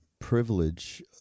privilege